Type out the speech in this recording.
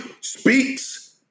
speaks